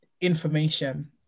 information